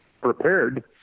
prepared